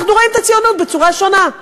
אנחנו רואים את הציונות בצורה שונה.